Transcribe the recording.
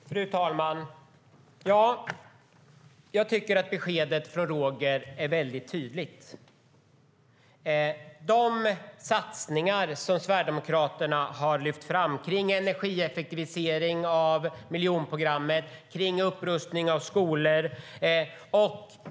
Fru talman! Jag tycker att beskedet från Roger är väldigt tydligt. De satsningar som Sverigedemokraterna har lyft fram innebär inte någon energieffektivisering av miljonprogramsområdena och ingen upprustning av skolor.